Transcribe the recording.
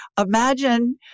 imagine